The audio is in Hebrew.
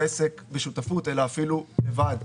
חלקך בעסק הוא כאילו עסק